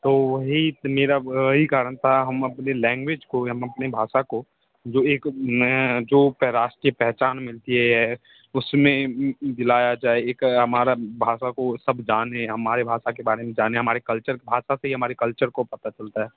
तो वही मेरा वही कारण था हम अपने लैंग्वेज को या हम अपनी भाषा को जो एक नया जो प राष्ट्रीय पहचान मिलती है उसमें दिलाया जाए एक हमारा भाषा को सब जानें हमारे भाषा के बारे में जानें हमारे कल्चर भाषा से ही हमारे कल्चर को पता चलता है